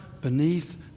beneath